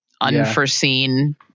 unforeseen